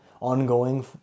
ongoing